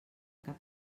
cap